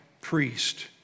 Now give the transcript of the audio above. priest